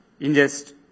ingest